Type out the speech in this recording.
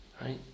right